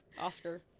Oscar